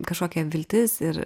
kažkokia viltis ir